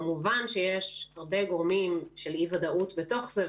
כמובן שיש הרבה גורמים של אי-ודאות בתוך זה,